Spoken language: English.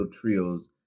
trios